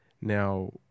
Now